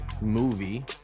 movie